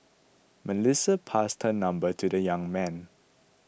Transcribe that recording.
Melissa passed her number to the young man